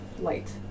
light